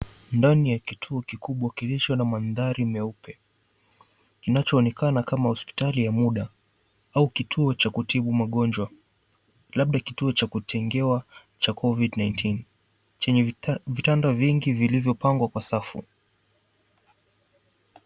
Ndani ya kituo kikubwa kilicho na mandhari meupe kinachoonekana kama hospitali ya muda au kituo cha kutibu magonjwa, labda kituo cha kutengewa cha Covid-19, chenye vitanda vingi vilivyopangwa kwa safu.